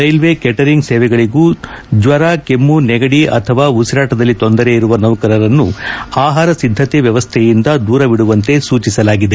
railway catering ಸೇವೆಗಳಿಗೂ ಜ್ವರ ಕೆಮ್ಮು ನೆಗಡಿ ಅಥವಾ ಉಸಿರಾಟದಲ್ಲಿ ತೊಂದರೆ ಇರುವ ನೌಕರರನ್ನು ಆಹಾರ ಸಿದ್ದತೆ ವ್ಯವಸ್ಥೆಯಿಂದ ದೂರವಿಡುವಂತೆ ಸೂಚಿಸಲಾಗಿದೆ